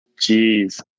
Jeez